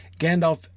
Gandalf